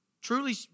truly